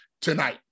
tonight